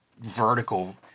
vertical